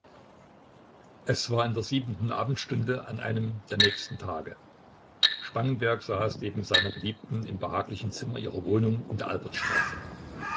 es war in der siebenten abendstunde an einem der nächsten tage spangenberg saß neben seiner geliebten im behaglichen zimmer ihrer wohnung in der albertstraße